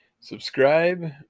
Subscribe